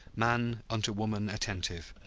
man unto woman attentive,